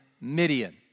Midian